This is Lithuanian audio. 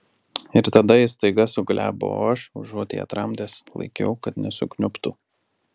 ir tada ji staiga suglebo o aš užuot ją tramdęs laikiau kad nesukniubtų